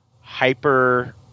hyper